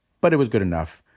but it was good enough.